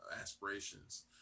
aspirations